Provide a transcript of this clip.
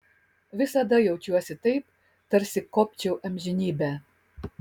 visada jaučiuosi taip tarsi kopčiau amžinybę